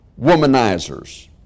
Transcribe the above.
womanizers